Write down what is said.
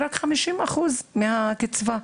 מגיעים רק ל-50% מהקצבה.